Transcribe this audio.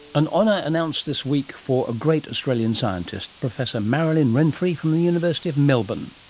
an honour announced this week for a great australian scientist, professor marilyn renfree from the university of melbourne